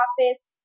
office